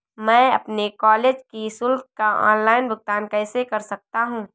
मैं अपने कॉलेज की शुल्क का ऑनलाइन भुगतान कैसे कर सकता हूँ?